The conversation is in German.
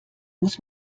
muss